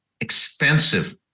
expensive